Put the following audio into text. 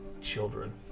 children